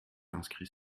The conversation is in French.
inscrit